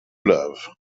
love